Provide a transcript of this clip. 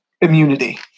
immunity